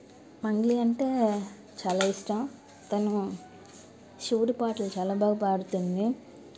మంగ్లీ అంటే చాలా ఇష్టం తను శివుడి పాటలు చాలా బాగా పాడుతుంది